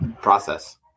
process